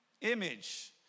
Image